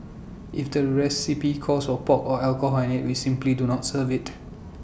if the recipe calls all pork or alcohol in IT we simply do not serve IT